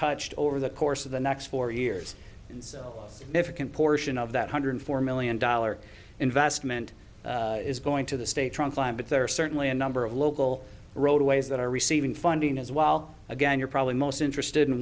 touched over the course of the next four years and so if you can portion of that hundred four million dollars investment is going to the state trunk line but there are certainly a number of local roadways that are receiving funding as well again you're probably most interested in